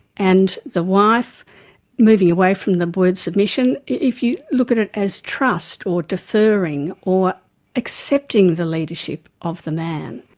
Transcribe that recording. and the wife moving away from the word submission if you look at it, as trust, or deferring or accepting the leadership of the man.